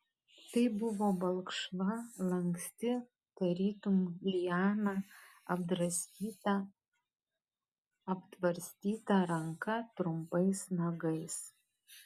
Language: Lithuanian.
tai buvo balkšva lanksti tarytum liana apdraskyta aptvarstyta ranka trumpais nagais